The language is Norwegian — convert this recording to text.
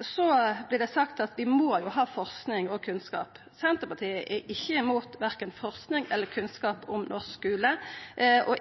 Så vert det sagt at vi må jo ha forsking og kunnskap. Senterpartiet er ikkje imot verken forsking eller kunnskap om norsk skule.